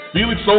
Felix